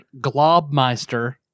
Globmeister